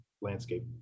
landscape